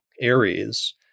Aries